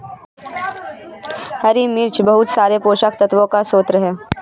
हरी मिर्च बहुत सारे पोषक तत्वों का स्रोत है